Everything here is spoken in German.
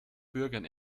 bürgern